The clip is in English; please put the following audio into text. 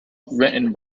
written